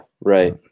Right